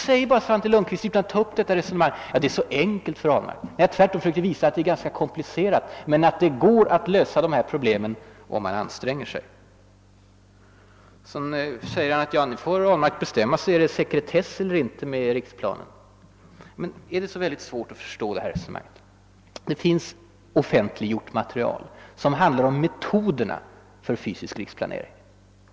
Utan att ta upp detta resonemang säger Svante Lundkvist: >Det är så enkelt för Ahlmark.» Jag försökte tvärtom visa att det är ganska komplicerat men att det går att lösa dessa problem om man anstränger sig. Sedan säger Svante Lundkvist: «Nu får Ahlmark bestämma sig — är det sekretess med i riksplanen eller inte?> Men är det så väldigt svårt att förstå detta resonemang? Det finns offentliggjort material som handlar om metoderna för fysisk riksplanering.